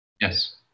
yes